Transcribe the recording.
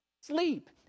sleep